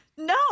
No